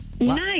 Nice